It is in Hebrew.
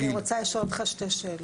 אני רוצה לשאול אותך שתי שאלות.